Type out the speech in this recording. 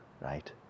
right